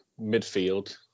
Midfield